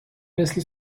مثل